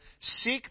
Seek